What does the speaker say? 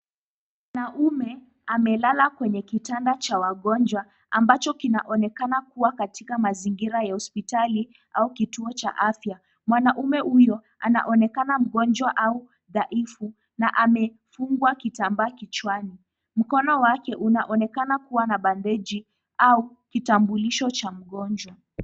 Mwanaume amelala kwenye kitanda cha wagonjwa, ambacho kinaonekana kuwa katika mazingira ya hospitali au kituo cha afya. Mwanaume huyo anaonekana mgonjwa au dhaifu na amefungwa kitambaa kichwani. Mkono wake unaonekana kuwa na bandeji au kitambulisho cha mgonjwa.